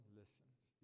listens